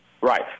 right